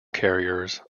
carriers